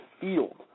field